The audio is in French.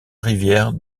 rivière